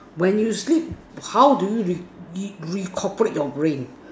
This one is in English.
when you sleep how do you re~ re~ recuperate your brain